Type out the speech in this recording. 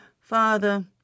Father